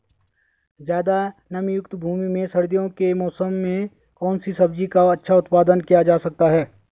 ज़्यादा नमीयुक्त भूमि में सर्दियों के मौसम में कौन सी सब्जी का अच्छा उत्पादन किया जा सकता है?